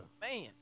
man